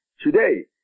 today